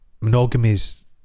monogamy's